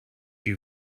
you